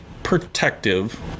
protective